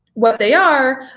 what they are,